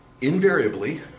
invariably